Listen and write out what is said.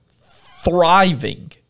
thriving